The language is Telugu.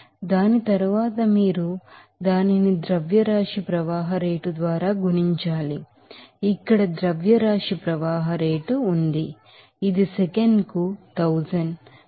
కాబట్టి దాని తరువాత మీరు దానిని మాస్ ఫ్లో రేట్ ద్వారా గుణించాలి ఇక్కడ మాస్ ఫ్లో రేట్ ఇక్కడ ఉంది ఇది సెకనుకు 1000 200 కిలోలు